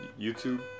YouTube